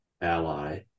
ally